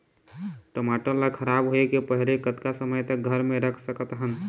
टमाटर ला खराब होय के पहले कतका समय तक घर मे रख सकत हन?